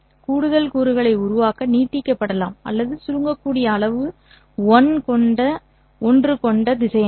கூடுதல் கூறுகளை உருவாக்க நீட்டிக்கப்படலாம் அல்லது சுருங்கக்கூடிய அளவு 1 கொண்ட திசையன்கள்